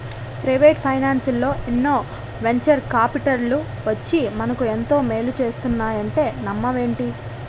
Private ఫైనాన్సల్లో ఎన్నో venture కాపిటల్లు వచ్చి మనకు ఎంతో మేలు చేస్తున్నాయంటే నమ్మవేంటి?